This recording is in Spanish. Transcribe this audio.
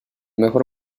mejor